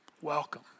welcome